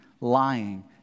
lying